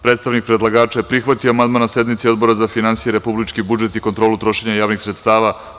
Predstavnik predlagača je prihvatio amandman na sednici Odbora za finansije, republički budžet i kontrolu trošenja javnih sredstava.